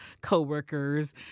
co-workers